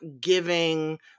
giving